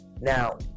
Now